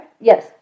Yes